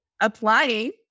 applying